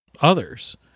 others